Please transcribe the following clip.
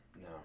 No